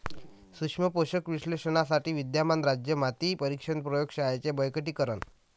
सूक्ष्म पोषक विश्लेषणासाठी विद्यमान राज्य माती परीक्षण प्रयोग शाळांचे बळकटीकरण